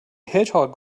hedgehog